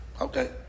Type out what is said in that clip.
Okay